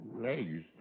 legs